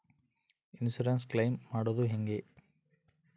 Insurance claim ಮಾಡದು ಹೆಂಗೆ?